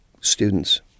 students